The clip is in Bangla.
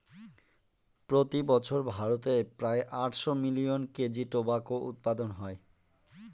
প্রতি বছর ভারতে প্রায় আটশো মিলিয়ন কেজি টোবাকো উৎপাদন হয়